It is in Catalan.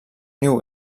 niu